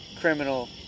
criminal